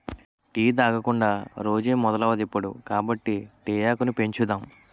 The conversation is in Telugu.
టీ తాగకుండా రోజే మొదలవదిప్పుడు కాబట్టి తేయాకును పెంచుదాం